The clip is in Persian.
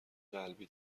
قلبی